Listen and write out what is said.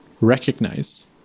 recognize